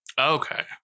Okay